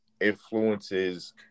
influences